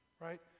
right